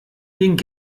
ging